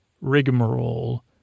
rigmarole